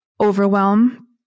overwhelm